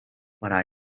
para